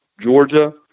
Georgia